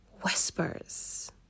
whispers